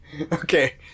okay